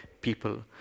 people